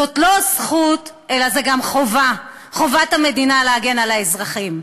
זאת לא רק זכות אלא גם חובה: חובת המדינה להגן על האזרחים.